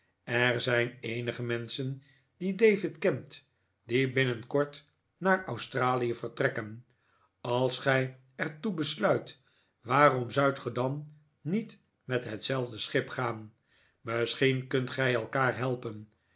er zijn eenige menschen die david kent die binnenkort naar australie vertrekken als gij er toe besluit waarom zoudt ge dan niet met hetzelfde schip gaan misschien kunt gij elkaar helpen